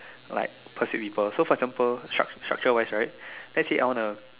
like persuade people so for example struct~ structure wise right let's say I wanna